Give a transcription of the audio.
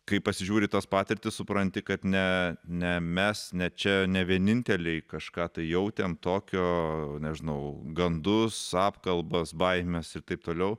kai pasižiūri tas patirtis supranti kad ne ne mes ne čia ne vieninteliai kažką tai jautėm tokio nežinau gandus apkalbas baimes ir taip toliau